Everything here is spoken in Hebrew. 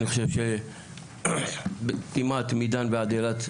אני חושב שכמעט מדן ועד אילת,